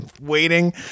waiting